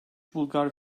bulgar